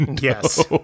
Yes